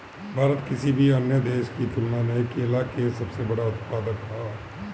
भारत किसी भी अन्य देश की तुलना में केला के सबसे बड़ा उत्पादक ह